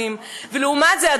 לעומת זה,